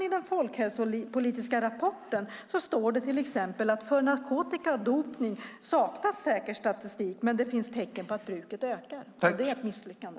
I den folkhälsopolitiska rapporten sägs att för exempelvis narkotika och dopning saknas säker statisk men att det finns tecken på att bruket ökar. Det är ett misslyckande.